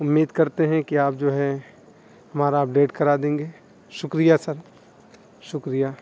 امید کرتے ہیں کہ آپ جو ہے ہمارا اپڈیٹ کرا دیں گے شکریہ سر شکریہ